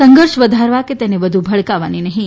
સંઘર્ષ વધારવા કે તેને વધુ ભડકાવવાની નહીં